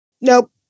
nope